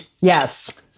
Yes